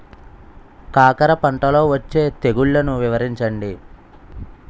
కాకర పంటలో వచ్చే తెగుళ్లను వివరించండి?